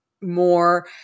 more